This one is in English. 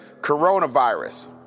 coronavirus